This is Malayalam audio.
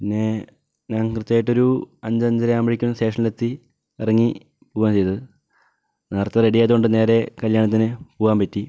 പിന്നെ ഞാൻ കൃത്യമായിട്ടൊരു അഞ്ച് അഞ്ചര ആകുമ്പോഴേക്കും സ്റ്റേഷനിലെത്തി ഇറങ്ങി പോവാ ചെയ്തത് നേരത്തെ റെഡി ആയത് കൊണ്ട് നേരെ കല്യാണത്തിന് പോകാൻ പറ്റി